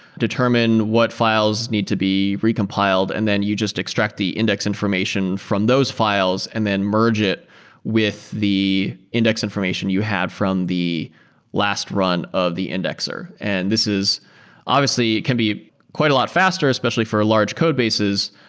determine what files need to be recompiled, and then you just extract the index information from those files and then merge it with the index information you have from the last run of the indexer. and this is obviously can be quite a lot faster especially for large codebases,